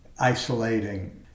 isolating